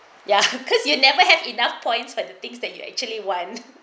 ya cause you never have enough points but the things that you actually want